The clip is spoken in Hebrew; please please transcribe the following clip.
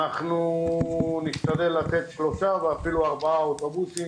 אנחנו נשתדל לתת שלושה ואפילו ארבעה אוטובוסים,